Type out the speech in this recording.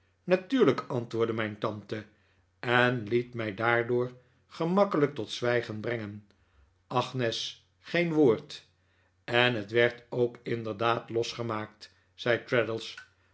natuurlijk antwoordde mijn tante en liet mij daardoor gemakkelijk tot zwijgen brengen agnes geen woord en het werd ook inderdaad losgemaakt zei